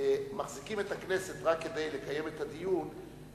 מחזיקים את הכנסת רק כדי לקיים את הדיון,